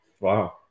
Wow